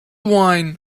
wine